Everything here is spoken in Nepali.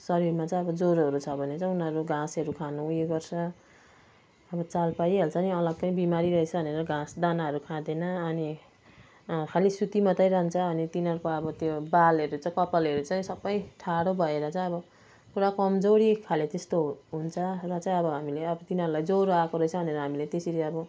शरीरमा चाहिँ अब ज्वरोहरू छ भने चाहिँ उनीहरू घाँसहरू खानु ऊ यो गर्छ अब चाल पाइहाल्छ नि अलग्गै बिमारी रहेछ भनेर घाँस दाना खाँदैन अनि खालि सुती मात्रै रहन्छ अनि तिनीहरूको अब त्यो बालहरू चाहिँ कपालहरू चाहिँ सबै ठाडो भएर चाहिँ अब पुरा कमजोडीखाले त्यस्तो हुन्छ र चाहिँ हामीले अब तिनीहरूलाई अब ज्वरो आएको रहेछ भनेर हामीले त्यसरी अब